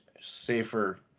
safer